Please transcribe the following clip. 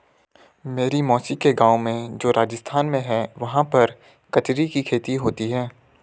मेरी मौसी के गाँव में जो राजस्थान में है वहाँ पर कचरी की खेती होती है